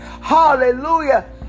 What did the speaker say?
hallelujah